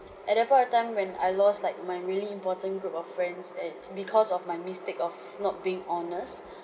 at that point of time when I lost like my really important group of friends at because of my mistake of not being honest